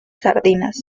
sardinas